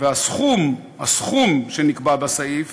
והסכום שנקבע בסעיף